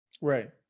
Right